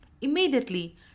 Immediately